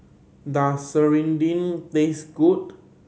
does serunding taste good